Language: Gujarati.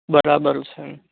બરાબર છે